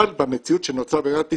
אבל במציאות שנוצרה במדינת ישראל,